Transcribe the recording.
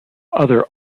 other